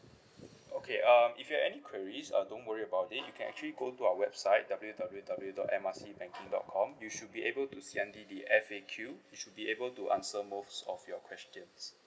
okay um if you have any queries uh don't worry about it you can actually go to our website W W W dot M R C banking dot com you should be able to see under the F_A_Q it should be able to answer most of your questions